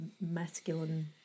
masculine